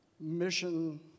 mission